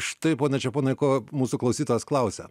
štai pone čeponai ko mūsų klausytojas klausia